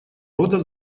рода